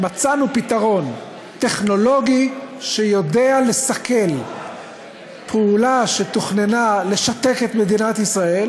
שמצאנו פתרון טכנולוגי שיודע לסכל פעולה שתוכננה לשתק את מדינת ישראל,